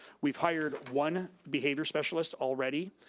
we've hired one behavior specialist already.